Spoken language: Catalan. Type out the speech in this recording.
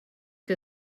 que